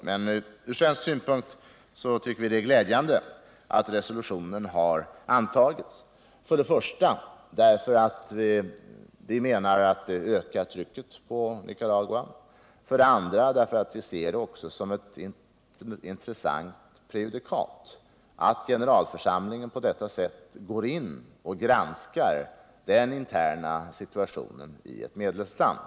Från svensk synpunkt tycker vi att det är glädjande att resolutionen har antagits, för det första därför att vi menar att det ökar trycket på Nicaragua, för det andra därför att vi också ser det som ett intressant prejudikat att generalförsamlingen på detta sätt går in och granskar den interna situationen i ett medlemsland.